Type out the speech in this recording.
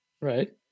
Right